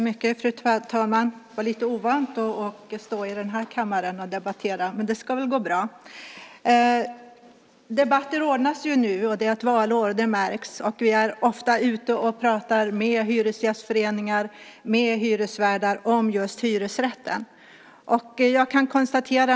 Fru talman! Det är lite ovant att vara i den här kammaren och debattera, men det ska väl gå bra. Debatter ordnas det nu i och med att det är valår. Det märks. Vi är ofta ute och pratar med hyresgästföreningar och med hyresvärdar om just hyresrätten.